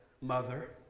mother